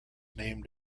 named